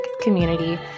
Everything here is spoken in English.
community